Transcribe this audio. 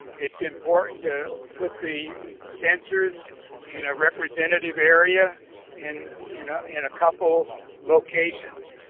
it's important to put the sensors in a representative area in in ah and a couple locations.